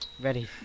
ready